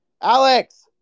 alex